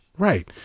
right.